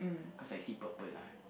cause I see purple lah